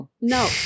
No